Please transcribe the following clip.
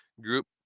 group